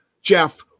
Jeff